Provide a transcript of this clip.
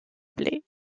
blaye